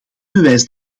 bewijs